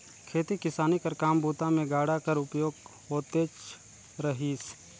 खेती किसानी कर काम बूता मे गाड़ा कर उपयोग होतेच रहिस